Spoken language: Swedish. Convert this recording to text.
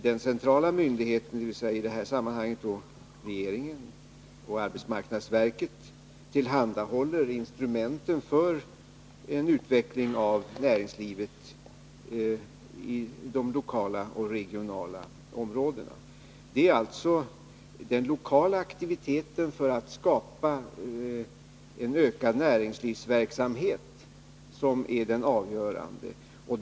Den centrala myndigheten, dvs. i det här sammanhanget regeringen och arbetsmarknadsverket, tillhandahåller instrumenten för en utveckling av näringslivet i de lokala och regionala områdena. Det är alltså den lokala aktiviteten för att skapa en ökad näringslivsverksamhet som är den avgörande.